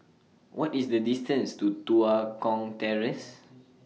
What IS The distance to Tua Kong Terrace